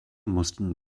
mussten